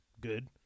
good